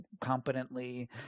competently